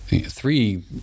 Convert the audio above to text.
three